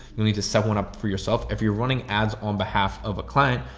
you need to set one up for yourself. if you're running ads on behalf of a client,